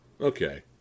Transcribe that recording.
Okay